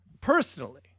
personally